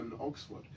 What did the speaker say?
Oxford